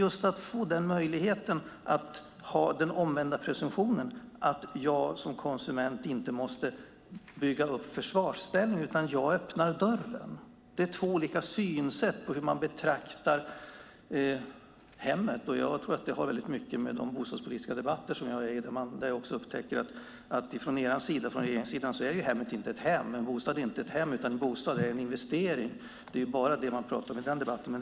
Jag förespråkar den omvända presumtionen, att jag som konsument inte måste inta försvarsställning utan öppnar dörren. Det är två olika synsätt på hur man betraktar hemmet. Det påminner mig starkt om de bostadspolitiska debatter där jag deltar. För regeringssidan är en bostad inte ett hem utan en investering. Det är bara det man pratar om i den debatten.